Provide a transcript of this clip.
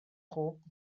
trente